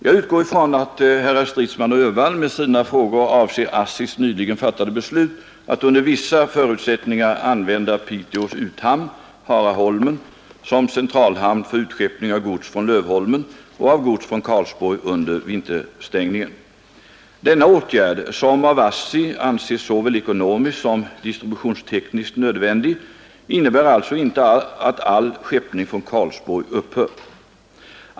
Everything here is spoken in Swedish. Jag utgår ifrån att herrar Stridsman och Öhvall med sina frågor avser ASSI:s nyligen fattade beslut att under vissa förutsättningar använda Piteås uthamn, Haraholmen, som centralhamn för utskeppning av gods från Lövholmen och av gods från Karlsborg under vinterstängningen. Denna åtgärd, som av ASSI anses såväl ekonomiskt som distributionstekniskt nödvändig, innebär alltså inte att all skeppning från Karlsborg upphör.